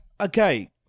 okay